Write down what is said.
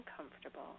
uncomfortable